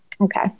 Okay